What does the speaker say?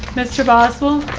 mr. boswell.